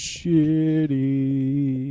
Shitty